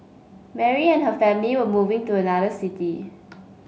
Mary and her family were moving to another city